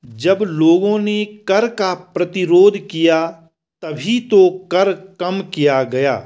जब लोगों ने कर का प्रतिरोध किया तभी तो कर कम किया गया